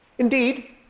Indeed